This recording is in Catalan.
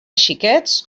xiquets